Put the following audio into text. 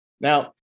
Now